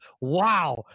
Wow